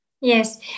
Yes